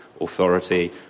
authority